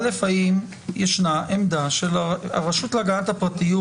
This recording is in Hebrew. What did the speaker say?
א', האם ישנה עמדה של הרשות להגנת הפרטיות?